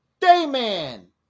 Dayman